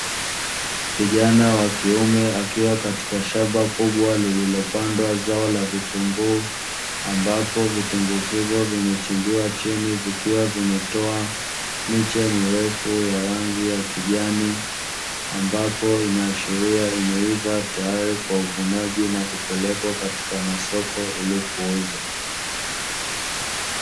Kijana wa kiume akiwa katika shamba kubwa lililopandwa zao la vitunguu, ambapo vitunguu hivyo vimechimbiwa chini wikiwa vimetoa miche mirefu ya rangi ya kijani ambapo inaashiria imeiva tayari kwa uvunaji na kupelekwa katika masoko ili kuuzwa.